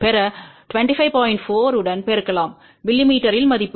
4 உடன் பெருக்கலாம் மில்லிமீட்டரில் மதிப்பு